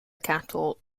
cattle